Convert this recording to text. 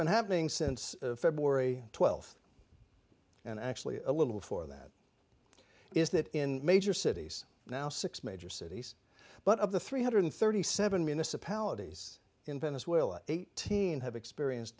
been happening since february twelfth and actually a little for that is that in major cities now six major cities but of the three hundred thirty seven municipalities in venezuela eighteen have experienced